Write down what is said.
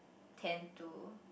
tend to